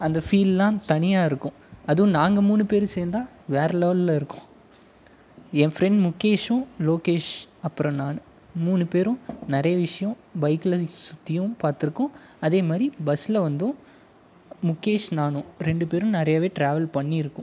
அந்த ஃபீல்லாம் தனியாக இருக்கும் அதுவும் நாங்கள் மூணு பேரும் சேர்ந்தா வேற லெவலில் இருக்கும் என் ஃபிரெண்ட் முகேஷும் லோகேஷ் அப்றம் நான் மூணு பேரும் நிறைய விஷயம் பைக்கில் சுற்றியும் பார்த்திருக்கோம் அதேமாதிரி பஸ்ஸில் வந்தும் முகேஷ் நானும் ரெண்டு பேரும் நிறையவே ட்ராவல் பண்ணியிருக்கோம்